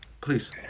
please